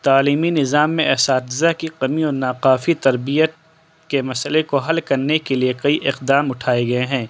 تعلیمی نظام میں اساتذہ کی کمی اور ناکافی تربیت کے مسئلے کو حل کرنے کے لیے کئی اقدام اٹھائے گئے ہیں